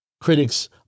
Critics